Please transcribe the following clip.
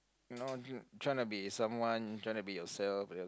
no ju~ trying to be someone trying to be yourself